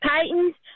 Titans